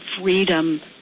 freedom